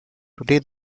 today